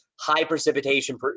high-precipitation